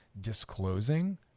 disclosing